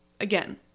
again